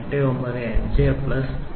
895 plus 0